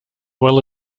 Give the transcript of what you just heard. well